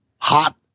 hot